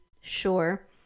sure